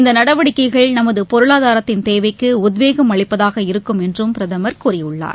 இந்த நடவடிக்கைகள் நமது பொருளாதாரத்தின் தேவைக்கு உத்வேகம் அளிப்பதாக இருக்கும் என்றும் பிரதமர் கூறியுள்ளார்